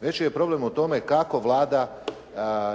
Veći je problem u tome kako Vlada